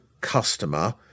customer